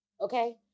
okay